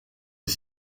des